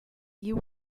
you